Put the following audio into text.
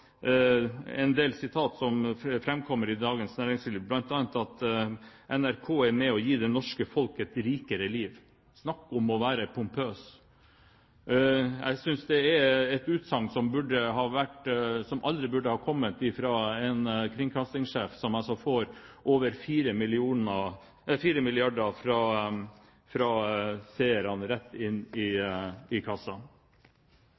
en del sitater som framkommer i Dagens Næringsliv, bl.a. at NRK er med på å gi det norske folk et rikere liv. Snakk om å være pompøs. Jeg synes det er et utsagn som aldri burde ha kommet fra en kringkastingssjef som altså får over 4 mrd. kr fra seerne rett inn i